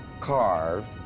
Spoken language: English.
carved